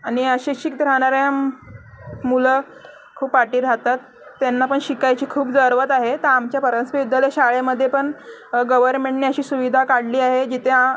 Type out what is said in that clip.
आणि असे शिकत राहणाऱ्या मुलं खूप पाठी राहतात त्यांना पण शिकायची खूप जरवत आहे तर आमच्या परांजपे विद्यालय शाळेमध्ये पण गवर्मेंटने अशी सुविधा काढली आहे जिथे